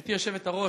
גברתי היושבת-ראש,